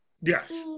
Yes